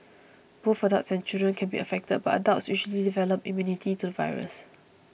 both adults and children can be affected but adults usually develop immunity to the virus